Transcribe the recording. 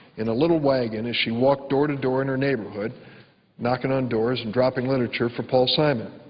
in a little wagon as she walked door to door in her neighborhood knocking on doors and dropping literature for paul simon.